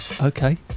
Okay